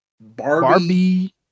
Barbie